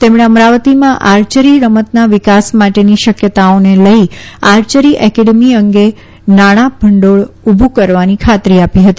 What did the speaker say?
તેમણે અમરાવતીમાં આર્ચરી રમતના વિકાસ માટેની શકયતાઓને લઈ આર્ચરી એકેડમી અંગે નાણાં ભંડોળ ઉભુ કરવાની ખાતરી આપી હતી